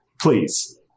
Please